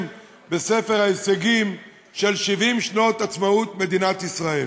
בספר ההישגים של 70 שנות עצמאות מדינת ישראל.